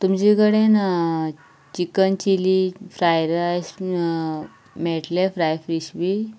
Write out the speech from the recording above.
तुमची कडेन chicken chilli fried rice मेळट्लें फ्राय फीश बी